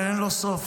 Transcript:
אין לו סוף,